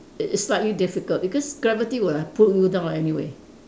it is slightly difficult because gravity would have pulled you down anyway